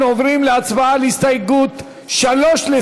אנחנו עוברים להצבעה על הסתייגות 3,